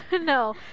no